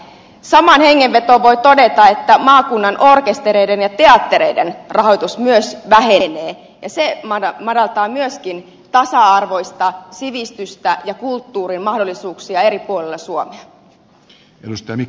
samaan hengenvetoon voi todeta että maakunnan orkestereiden ja teattereiden rahoitus myös vähenee ja se madaltaa myöskin tasa arvoista sivistystä ja kulttuurin mahdollisuuksia eri puolilla suomea